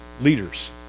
leaders